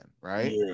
right